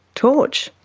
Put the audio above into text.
torch?